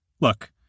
look